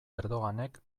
erdoganek